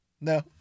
No